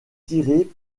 tirer